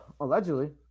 allegedly